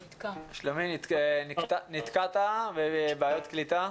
ה --- שלומי, נתקעת ויש בעיות קליטה.